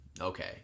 Okay